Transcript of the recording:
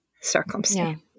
circumstance